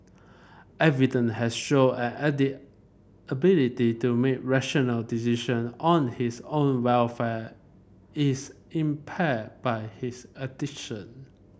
evident has shown an addict ability to make rational decision on his own welfare is impaired by his addiction